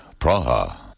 Praha